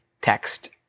text